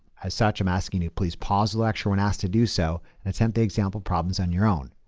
as such, i'm asking you please pause the lecture when asked to do so and attempt the example problems on your own.